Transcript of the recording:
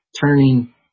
turning